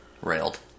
railed